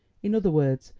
in other words,